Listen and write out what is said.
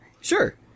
Sure